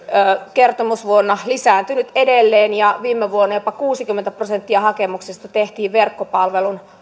kertomusvuonna lisääntynyt edelleen ja viime vuonna jopa kuusikymmentä prosenttia hakemuksista tehtiin verkkopalvelun